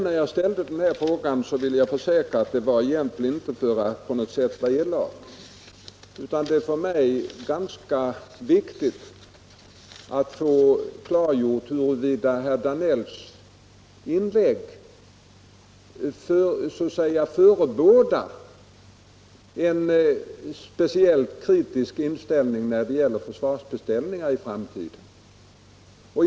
När jag ställde en fråga här gjorde jag det inte — det vill jag försäkra - för att på något sätt vara elak, utan det är för mig ganska viktigt att få klargjort huruvida herr Danells inlägg så att säga förebådar en speciellt typisk inställning när det gäller försvarsbeställningar i framtiden.